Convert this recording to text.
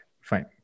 fine